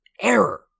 Error